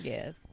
Yes